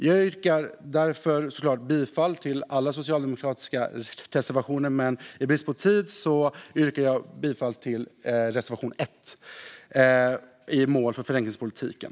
Jag står såklart bakom alla socialdemokratiska reservationer, men i brist på tid yrkar jag bifall bara till reservation 1 om mål för förenklingspolitiken.